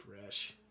Fresh